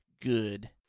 good